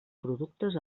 productes